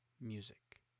music